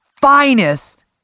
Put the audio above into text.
finest